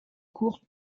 courte